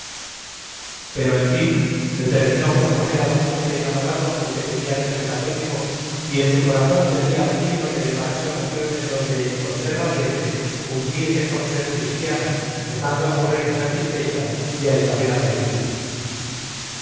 pero en fin determinó posponer al gusto de enamorado el que tenía de ser cathólico y en su corazón pedía al cielo le deparase ocasiones donde con ser valiente cumpliese con ser christiano dejando a su reina satisfecha y a isabela merecida